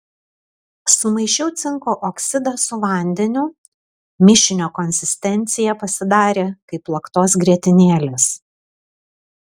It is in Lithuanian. sumaišiau cinko oksidą su vandeniu mišinio konsistencija pasidarė kaip plaktos grietinėlės